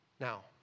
Now